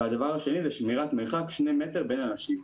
ושנית, שמירת מרחק של 2 מטר בין אנשים.